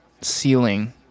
ceiling